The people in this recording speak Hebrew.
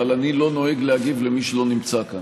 אבל אני לא נוהג להגיב למי שלא נמצא כאן.